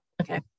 Okay